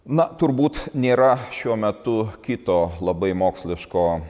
na turbūt nėra šiuo metu kito labai moksliško